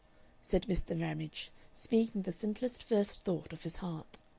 said mr. ramage, speaking the simplest first thought of his heart.